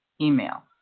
email